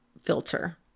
filter